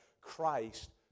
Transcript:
Christ